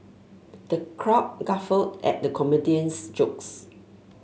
the crowd guffawed at the comedian's jokes